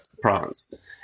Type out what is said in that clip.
province